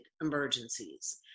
emergencies